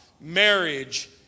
marriage